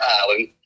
Island